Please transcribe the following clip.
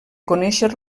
conèixer